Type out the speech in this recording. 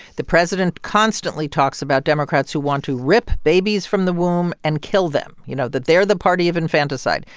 the president constantly talks about democrats who want to rip babies from the womb and kill them, you know, that they're the party of infanticide.